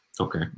Okay